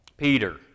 Peter